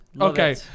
okay